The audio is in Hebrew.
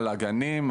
על הגנים,